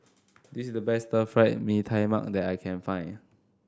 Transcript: this is the best Fried Mee Tai Mak that I can find